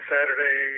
Saturday